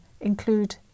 include